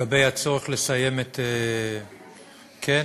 לגבי הצורך לסיים את, הכיבוש.